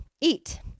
eat